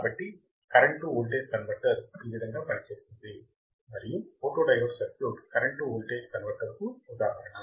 కాబట్టి current to voltage converter ఈ విధంగా పనిచేస్తుంది మరియు photodiode circuit current to voltage కన్వర్టర్కు ఉదాహరణ